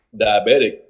diabetic